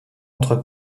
entre